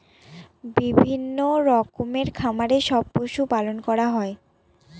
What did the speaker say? বিভিন্ন রকমের খামারে সব পশু পালন করা হয়